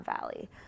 Valley